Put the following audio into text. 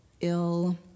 ill